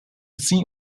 seat